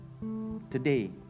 Today